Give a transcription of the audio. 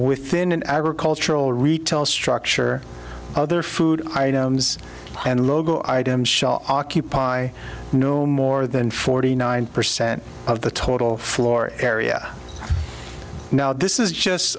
within an agricultural retail structure other food items and logo items shot occupy no more than forty nine percent of the total floor area now this is just